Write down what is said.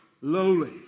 lowly